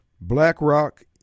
BlackRock